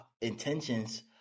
intentions